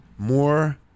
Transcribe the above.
More